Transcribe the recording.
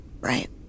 Right